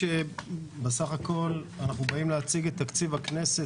בסך הכול אנחנו באים להציג את תקציב הכנסת,